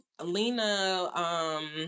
Lena